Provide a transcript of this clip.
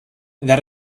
that